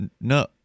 No